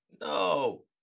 no